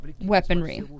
weaponry